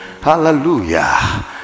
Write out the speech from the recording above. Hallelujah